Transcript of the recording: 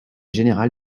général